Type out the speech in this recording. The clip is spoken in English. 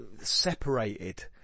separated